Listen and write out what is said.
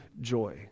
joy